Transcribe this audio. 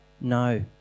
No